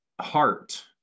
heart